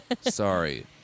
Sorry